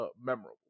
memorable